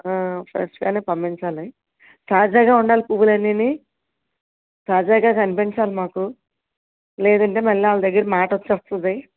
ఫ్రెష్గానే పంపించాలి తాజాగా ఉండాలి పువ్వులన్నని తాజాగా కనిపించాలి మాకు లేదంటే మళ్ళీ వాళ్ళ దగ్గర మాట వచ్చేస్తుంది